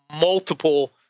multiple